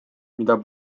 mida